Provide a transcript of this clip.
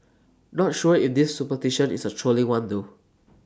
not sure if this superstition is A trolling one though